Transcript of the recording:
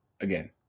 Again